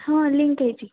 ହଁ ଲିଙ୍କ୍ ହେଇଛି